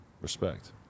respect